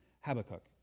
Habakkuk